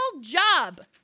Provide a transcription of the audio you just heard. job